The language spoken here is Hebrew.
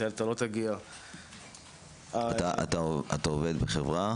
אתה עובד בחברה?